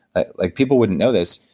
ah like, people wouldn't know this.